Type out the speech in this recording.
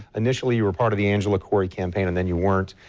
initially you were part of the angela cory campaign, and then you weren't.